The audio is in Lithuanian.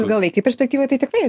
ilgalaikėj perspektyvoj tai tikrai